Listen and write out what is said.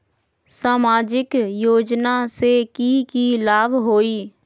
सामाजिक योजना से की की लाभ होई?